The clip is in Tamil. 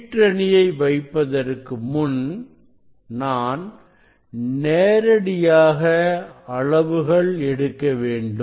கீற்றணியை வைப்பதற்கு முன் நான் நேரடியாக அளவுகள் எடுக்க வேண்டும்